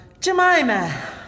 Jemima